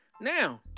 now